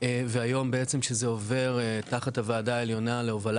והיום בעצם שזה עובר תחת הוועדה העליונה להובלה